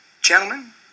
gentlemen